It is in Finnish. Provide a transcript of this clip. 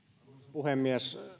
puhemies